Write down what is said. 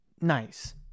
nice